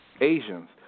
Asians